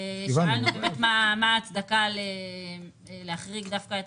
שאלנו באמת מה ההצדקה להחריג דווקא את